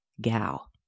gal